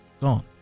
gone